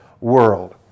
world